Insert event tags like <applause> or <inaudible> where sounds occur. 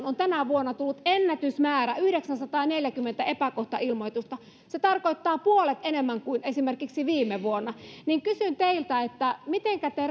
<unintelligible> on tänä vuonna tullut ennätysmäärä yhdeksänsataaneljäkymmentä epäkohtailmoituksia se tarkoittaa puolet enemmän kuin esimerkiksi viime vuonna kysyn teiltä mitenkä te <unintelligible>